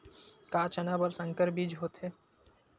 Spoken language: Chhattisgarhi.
का चना बर संकर बीज होथे?